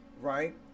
Right